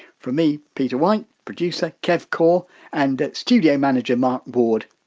from me, peter white, producer kev core and studio manager mark ward,